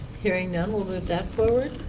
hearing none we'll move that forward.